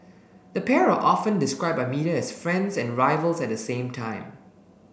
the pair are often described by media as friends and rivals at the same time